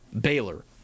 Baylor